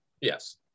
yes